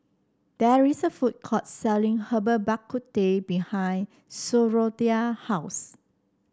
there is a food court selling Herbal Bak Ku Teh behind Sophronia house